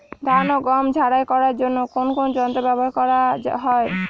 ধান ও গম ঝারাই করার জন্য কোন কোন যন্ত্র ব্যাবহার করা হয়?